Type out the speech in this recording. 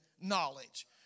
knowledge